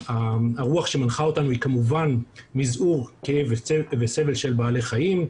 הרוח שמנחה אותנו היא כמובן מזעור כאב וסבל של בעלי חיים,